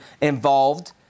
involved